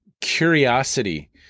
curiosity